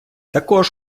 також